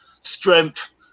strength